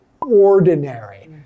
ordinary